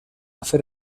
hace